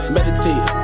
Meditate